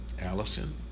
Allison